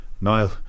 Niall